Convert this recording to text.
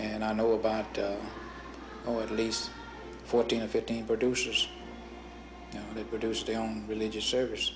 and i know about or at least fourteen or fifteen produced a religious service